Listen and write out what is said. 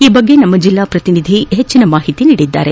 ಈ ಬಗ್ಗೆ ನಮ್ಮ ಜಿಲ್ಲಾ ಪ್ರತಿನಿಧಿ ಹೆಚ್ಚಿನ ಮಾಹಿತಿ ನೀಡಿದ್ದಾರೆ